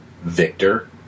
Victor